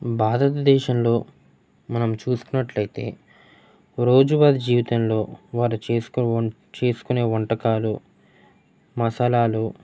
భారతదేశంలో మనం చూసుకున్నట్లయితే రోజువారి జీవితంలో వారు చేసుకో వం చేసుకునే వంటకాలు మసాలాలు